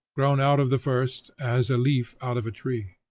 grown out of the first, as a leaf out of a tree.